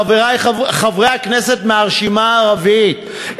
חברי חברי הכנסת מהרשימה הערבית,